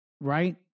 right